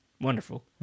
wonderful